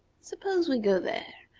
suppose we go there.